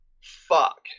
fuck